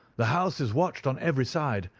the house is watched on every side.